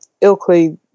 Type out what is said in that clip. ilkley